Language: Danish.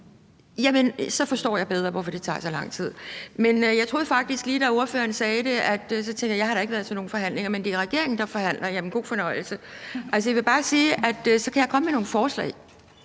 Jamen så forstår jeg bedre, hvorfor det tager så lang tid. Lige da ordføreren sagde det, tænkte jeg faktisk: Jeg har da ikke været til nogen forhandlinger. Men det er regeringen, der forhandler – god fornøjelse! Jeg vil bare sige, at så kan jeg komme med nogle forslag,